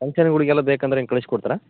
ಫಂಕ್ಷನುಗಳಿಗೆಲ್ಲ ಬೇಕಂದರೆ ಏನು ಕಳಿಸಿ ಕೊಡ್ತಿರಾ